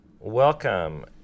Welcome